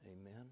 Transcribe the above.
amen